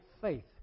faith